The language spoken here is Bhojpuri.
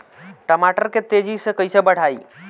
टमाटर के तेजी से कइसे बढ़ाई?